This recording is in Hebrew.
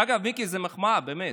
אגב, מיקי, זו מחמאה, באמת.